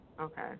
Okay